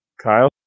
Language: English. Kyle